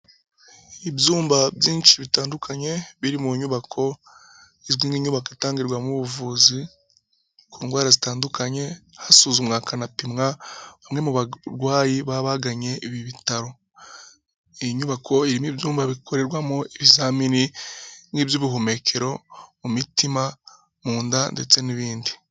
Ibyumba byinshi bitandukanye biri mu nyubako izwi nk'inyubako itanmo ubuvuzi ku ndwara zitandukanye hasuzumwa hakanapimwa bamwe mu barwayi baba baganye ibi bitaro. Iyi nyubako irimo ibyumba bikorerwamo ibizamini nk'iby'ubuhumekero, mu mitima, mu nda ndetse n'ibindi.